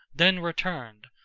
then returned,